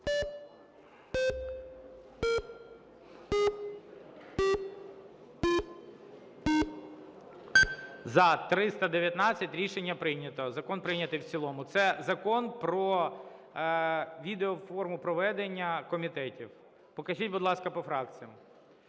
За-319 Рішення прийнято. Закон прийнятий в цілому. Це Закон про відеоформу проведення комітетів. Покажіть, будь ласка, по фракціях.